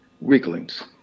weaklings